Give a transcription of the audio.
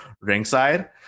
ringside